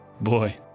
Boy